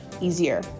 easier